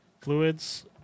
Fluids